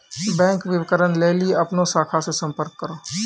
bank विबरण लेली अपनो शाखा से संपर्क करो